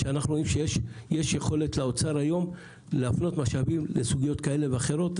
יש יכולת לאוצר היום להפנות משאבים לנקודות מסוימות.